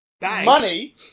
money